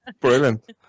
brilliant